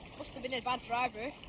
must have been a bad driver.